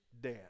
death